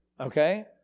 okay